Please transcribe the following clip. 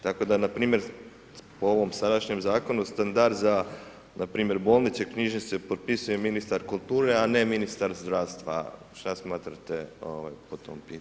Tako da npr. u ovom sadašnjem zakonu, standard za npr. bolnice, knjižnice, propisuje ministar kulture, a ne ministar zdravstva, šta smatrate po tom pitanju.